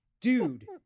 Dude